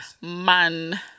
man